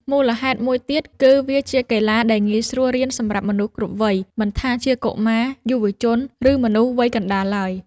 មូលហេតុមួយទៀត គឺវាជាកីឡាដែលងាយស្រួលរៀនសម្រាប់មនុស្សគ្រប់វ័យ មិនថាជាកុមារ យុវជន ឬមនុស្សវ័យកណ្ដាលឡើយ។